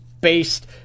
based